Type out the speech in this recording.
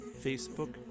Facebook